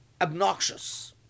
obnoxious